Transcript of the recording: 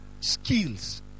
skills